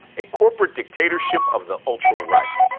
a corporate dictatorship of the ultra-right.